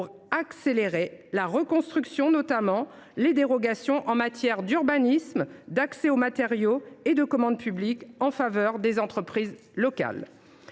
pour accélérer la reconstruction, notamment des dérogations en matière d’urbanisme, d’accès aux matériaux et de commande publique en faveur des entreprises locales.